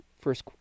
first